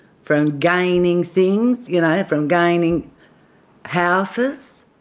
from gaining things, you know from gaining houses,